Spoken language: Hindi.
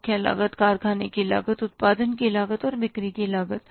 मुख्य लागत कारखाने की लागत उत्पादन की लागत और बिक्री की लागत